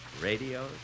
Radio